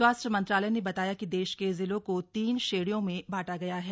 स्वास्थ्य मंत्रालय ने बताया कि देश के जिलों को तीन श्रेणियों में बांटा गया है